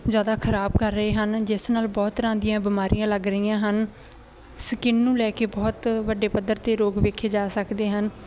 ਜ਼ਿਆਦਾ ਖ਼ਰਾਬ ਕਰ ਰਹੇ ਹਨ ਜਿਸ ਨਾਲ ਬਹੁਤ ਤਰ੍ਹਾਂ ਦੀਆਂ ਬਿਮਾਰੀਆਂ ਲੱਗ ਰਹੀਆਂ ਹਨ ਸਕਿਨ ਨੂੰ ਲੈ ਕੇ ਬਹੁਤ ਵੱਡੇ ਪੱਧਰ 'ਤੇ ਰੋਗ ਵੇਖੇ ਜਾ ਸਕਦੇ ਹਨ